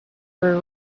were